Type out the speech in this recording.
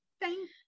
Thank